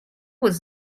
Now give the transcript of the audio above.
was